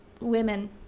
Women